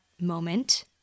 moment